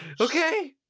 Okay